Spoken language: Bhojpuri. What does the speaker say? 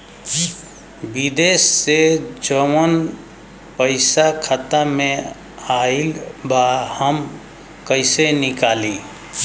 विदेश से जवन पैसा खाता में आईल बा हम कईसे निकाली?